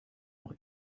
noch